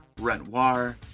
Renoir